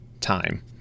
time